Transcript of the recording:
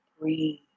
breathe